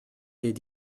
did